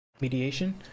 mediation